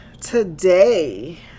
today